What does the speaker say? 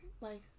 life